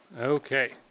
Okay